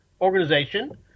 organization